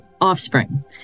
offspring